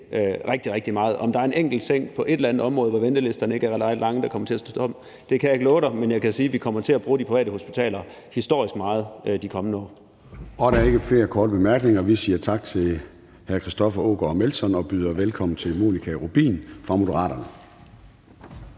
rigtig, rigtig meget. At der er en enkelt seng på et eller andet område, hvor ventelisterne ikke er ret lange, som ikke kommer til at stå tom, kan jeg ikke love dig, men jeg kan sige, at vi kommer til at bruge de private hospitaler historisk meget de kommende år. Kl. 13:54 Formanden (Søren Gade): Der er ikke flere korte bemærkninger, så vi siger tak til hr. Christoffer Aagaard Melson og byder velkommen til fru Monika Rubin fra Moderaterne.